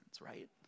right